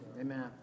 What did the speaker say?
Amen